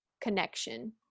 connection